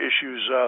issues